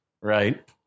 right